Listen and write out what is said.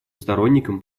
сторонником